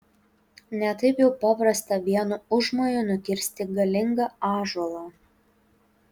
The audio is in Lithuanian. ne taip jau paprasta vienu užmoju nukirsti galingą ąžuolą